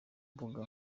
mbuga